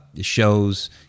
shows